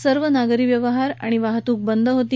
सर्व नागरी व्यवहार आणि वाहतूक बंद होती